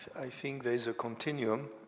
i think there is a continuum.